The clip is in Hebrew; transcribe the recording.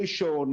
ראשון,